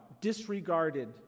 disregarded